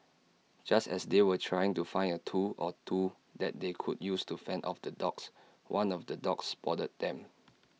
just as they were trying to find A tool or two that they could use to fend off the dogs one of the dogs spotted them